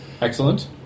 Excellent